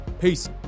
Peace